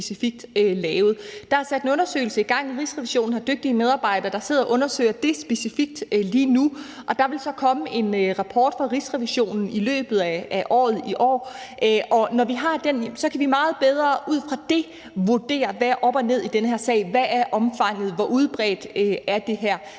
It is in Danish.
Der er sat en undersøgelse i gang. Rigsrevisionen har dygtige medarbejdere, der undersøger det specifikt lige nu, og der vil så komme en rapport fra Rigsrevisionen i løbet af i år, og når vi har den, kan vi meget bedre ud fra det vurdere, hvad der er op og ned i den her sag. Hvad er omfanget, hvor udbredt er det her?